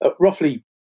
roughly